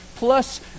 Plus